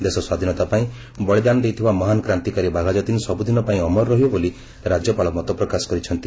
ଦେଶ ସ୍ୱାଧୀନତା ପାଇଁ ବଳିଦାନ ଦେଇଥିବା ମହାନ କ୍ରାନ୍ତିକାରୀ ବାଘାଯତୀନ୍ ସବୁଦିନ ପାଇଁ ଅମର ରହିବେ ବୋଲି ରାଜ୍ୟପାଳ ମତପ୍ରକାଶ କରିଛନ୍ତି